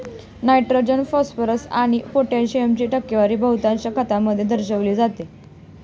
nitrogen, phosphorus आणि पोटॅशियमची टक्केवारी बहुतेक खतांमध्ये दर्शविली जाते